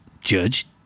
judge